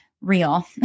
real